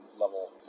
level